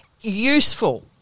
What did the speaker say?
useful